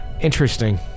Interesting